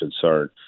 concerned